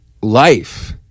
life